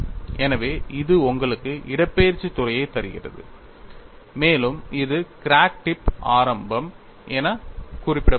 எனவே இது உங்களுக்கு இடப்பெயர்ச்சித் துறையைத் தருகிறது மேலும் இது கிராக் டிப் ஆரம்பம் என குறிப்பிடப்படுகிறது